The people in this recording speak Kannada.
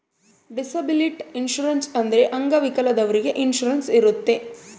ಡಿಸಬಿಲಿಟಿ ಇನ್ಸೂರೆನ್ಸ್ ಅಂದ್ರೆ ಅಂಗವಿಕಲದವ್ರಿಗೆ ಇನ್ಸೂರೆನ್ಸ್ ಇರುತ್ತೆ